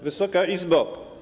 Wysoka Izbo!